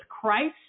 Christ